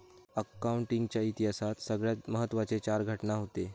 accounting च्या इतिहासात सगळ्यात महत्त्वाचे चार घटना हूते